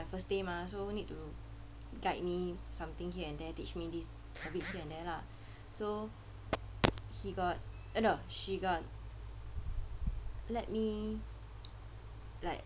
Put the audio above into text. my first day mah so need to guide me something here and there teach me this obviously here and there lah so he got ah no she got let me like